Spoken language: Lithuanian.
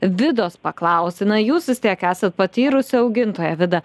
vidos paklausti na jūs vis tiek esat patyrus augintoja vida